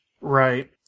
Right